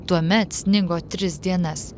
tuomet snigo tris dienas